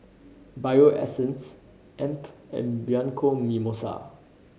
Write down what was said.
Bio Essence AMP and Bianco Mimosa